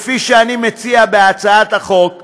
כפי שאני מציע בהצעת החוק,